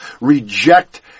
reject